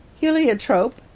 heliotrope